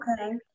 okay